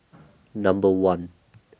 Number one